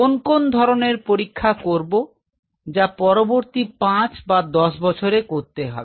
কোন কোন ধরনের পরীক্ষা করব যা পরবর্তী পাঁচ বা দশ বছরে করতে হবে